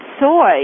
soy